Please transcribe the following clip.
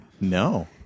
No